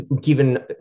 given